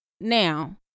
Now